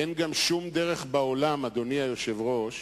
אין גם שום דרך בעולם, אדוני היושב-ראש,